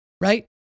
right